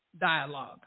dialogue